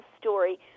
story